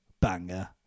banger